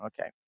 Okay